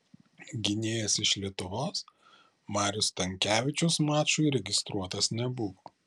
gynėjas iš lietuvos marius stankevičius mačui registruotas nebuvo